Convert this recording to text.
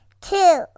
two